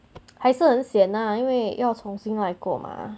还是很 sian ah 因为要重新来过 mah